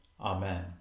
Amen